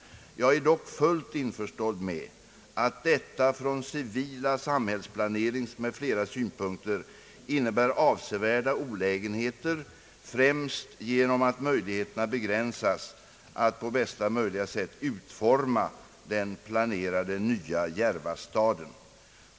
Jag är dock fullt införstådd med att detta från civila samhällsplaneringsm.fl. synpunkter innebär avsevärda olägenheter främst genom att möjligheterna begränsas att på bästa möjliga sätt utforma den planerade nya Järvastaden.